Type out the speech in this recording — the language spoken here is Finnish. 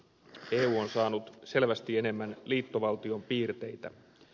eu on saanut selvästi enemmän liittovaltion piirteitä